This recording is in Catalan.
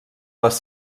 les